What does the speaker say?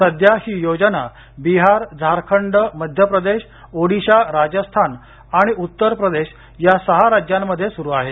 सध्या ही योजना बिहार झारखंड मध्यप्रदेश ओडिशा राजस्थान आणि उत्तरप्रदेश या सहा राज्यांमध्ये सुरु आहे